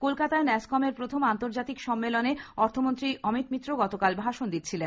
কলকাতায় ন্যাসকম এর প্রথম আন্তর্জাতিক সম্মেলনে অর্থমন্ত্রী অমিত মিত্র গতকাল ভাষণ দিচ্ছিলেন